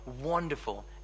wonderful